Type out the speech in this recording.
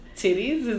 titties